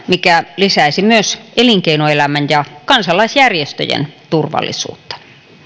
mikä lisäisi myös elinkeinoelämän ja kansalaisjärjestöjen turvallisuutta